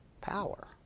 power